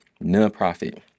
non-profit